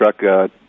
truck